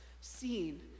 seen